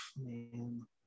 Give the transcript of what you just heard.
man